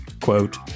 quote